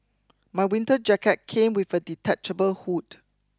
my winter jacket came with a detachable hood